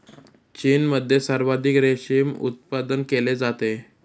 चीनमध्ये सर्वाधिक रेशीम उत्पादन केले जाते